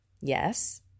Yes